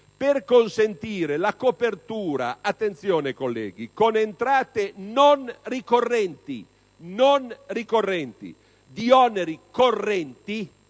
per consentire la copertura - attenzione colleghi - con entrate non ricorrenti di oneri correnti